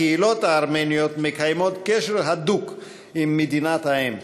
הקהילות הארמניות מקיימות קשר הדוק עם מדינת האם.